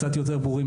קצת יותר ברורים.